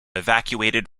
evacuated